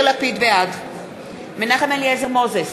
בעד מנחם אליעזר מוזס,